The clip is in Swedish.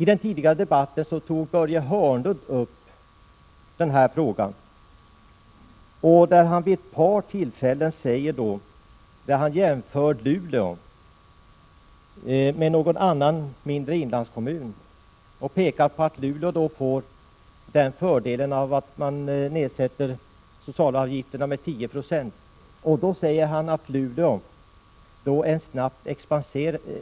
I den tidigare debatten tog Börje Hörnlund upp denna fråga och jämförde vid ett par tillfällen Luleå med någon mindre inlandskommun. Han framhöll att Luleå får fördelen av en nedsättning av socialavgifterna med 10 96 och att — Prot. 1986/87:128 Luleå är en snabbt